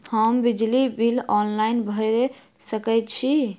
हम बिजली bill online भैर सकै छी?